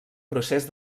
procés